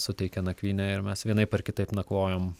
suteikia nakvynę ir mes vienaip ar kitaip nakvojom